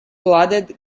blooded